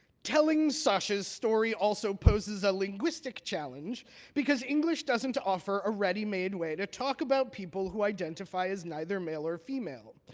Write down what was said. telling sasha's story also poses a linguistic challenge because english doesn't offer a ready-made way to talk about people who identify as neither male or female.